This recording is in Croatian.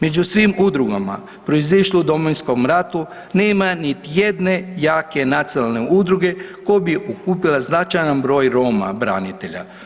Među svim udrugama proizišle u Domovinskom ratu, nema niti jedne jake nacionalne udruge koja bi okupila značajan broj Roma branitelja.